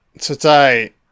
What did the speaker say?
Today